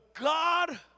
God